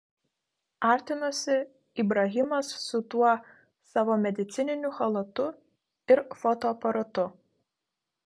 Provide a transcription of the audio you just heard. artinosi ibrahimas su tuo savo medicininiu chalatu ir fotoaparatu